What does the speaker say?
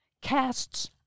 casts